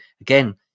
again